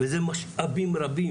וזה משאבים רבים,